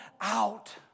out